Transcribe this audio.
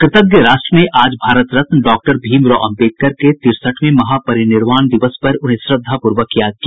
कृतज्ञ राष्ट्र ने आज भारत रत्न डॉक्टर भीम राव अम्बेडकर के तिरसठवें महापरिनिर्वाण दिवस पर उन्हें श्रद्वापूर्वक याद किया